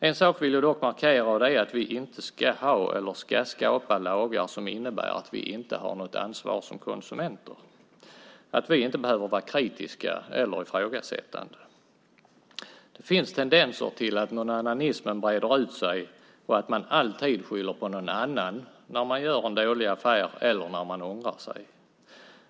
En sak vill jag dock markera, och det är att vi inte ska ha eller ska skapa lagar som innebär att vi inte har något ansvar som konsumenter, att vi inte behöver vara kritiska eller ifrågasättande. Det finns tendenser till att "nånannanismen" breder ut sig och att man alltid skyller på någon annan när man gör en dålig affär eller när man ångrar sig.